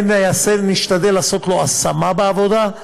ונשתדל לעשות לו השמה בעבודה,